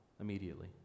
immediately